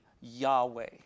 Yahweh